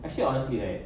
actually honestly right